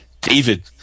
David